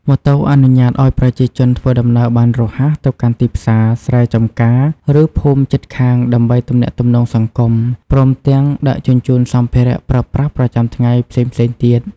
ម៉ូតូអនុញ្ញាតឱ្យប្រជាជនធ្វើដំណើរបានរហ័សទៅកាន់ទីផ្សារ ស្រែចម្ការ ឬភូមិជិតខាងដើម្បីទំនាក់ទំនងសង្គម ព្រមទាំងដឹកជញ្ជូនសម្ភារៈប្រើប្រាស់ប្រចាំថ្ងៃផ្សេងៗទៀត។